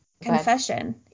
confession